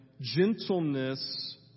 gentleness